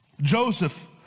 Joseph